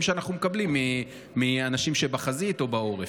שאנחנו מקבלים מאנשים שבחזית או בעורף.